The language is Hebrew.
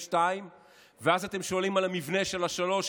2. ואז אתם שואלים על המבנה של שלוש,